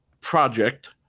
project